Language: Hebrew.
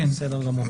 בסדר גמור.